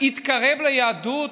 התקרב ליהדות,